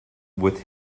with